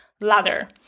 ladder